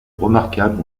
remarquables